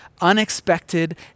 unexpected